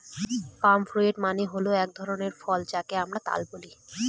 পাম fruit মানে হল এক ধরনের ফল যাকে আমরা তাল বলি